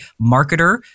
marketer